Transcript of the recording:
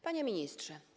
Panie Ministrze!